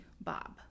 Bob